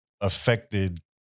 affected